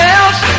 else